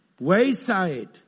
Wayside